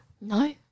No